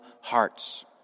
hearts